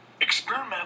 experimental